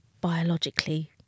biologically